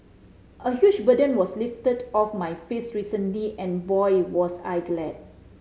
a huge burden was lifted off my face recently and boy was I glad